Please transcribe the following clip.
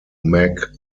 meg